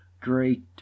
great